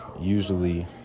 usually